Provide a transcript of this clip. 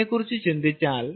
അതിനെക്കുറിച്ച് ചിന്തിച്ചാൽ